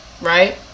right